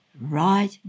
right